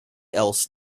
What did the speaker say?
else